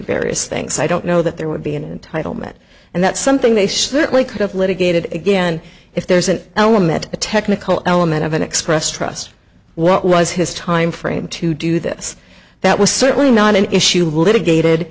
various things i don't know that there would be an entitlement and that something they certainly could have litigated again if there's an element a technical element of an express trust what was his timeframe to do this that was certainly not an issue litigated